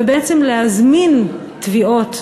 ובעצם להזמין תביעות,